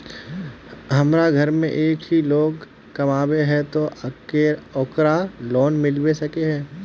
हमरा घर में एक ही लोग कमाबै है ते ओकरा लोन मिलबे सके है?